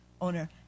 owner